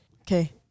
okay